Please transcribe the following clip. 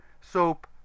soap